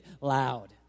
loud